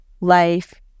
life